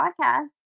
podcast